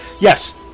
yes